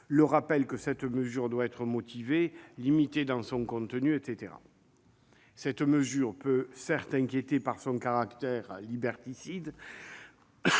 le rappel que cette mesure doit être motivée et limitée dans son contenu, etc. Cette mesure peut inquiéter par son caractère liberticide,